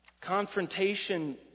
Confrontation